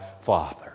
Father